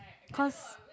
cause